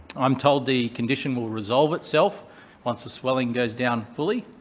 um told the condition will resolve itself once the swelling goes down fully.